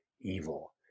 evil